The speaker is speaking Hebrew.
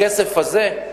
בכסף הזה,